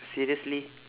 seriously